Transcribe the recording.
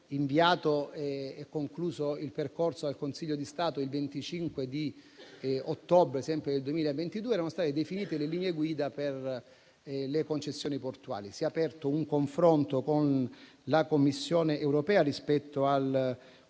inviato e concluso il percorso al Consiglio di Stato il 25 ottobre 2022, sono state definite le linee guida. Si è aperto un confronto con la Commissione europea rispetto al